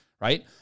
right